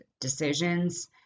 decisions